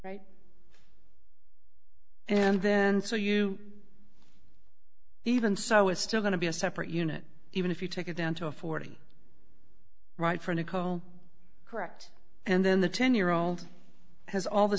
right and then so you even so it's still going to be a separate unit even if you take it down to a forty right for a nickel correct and then the ten year old has all the